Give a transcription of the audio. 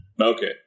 Okay